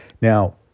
Now